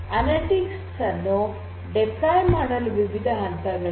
analytics ಅನ್ನು ನಿಯೋಜನೆ ಮಾಡಲು ವಿವಿಧ ಹಂತಗಳಿವೆ